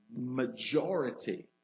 majority